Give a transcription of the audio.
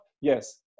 yes